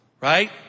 right